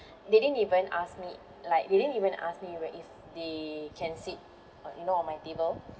they didn't even ask me like they didn't even ask me whe~ if they can sit on you know on my table